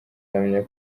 ahamya